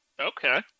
Okay